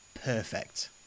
Perfect